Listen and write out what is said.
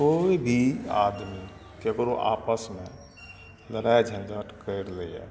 कोइ भी आदमी केकरो आपसमे लड़ाइ झँझट कैरि लैया